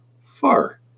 far